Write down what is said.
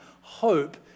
hope